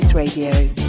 Radio